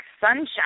sunshine